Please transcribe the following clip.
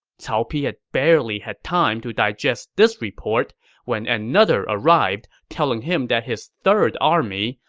cao pi had barely had time to digest this report when another arrived, telling him that his third army,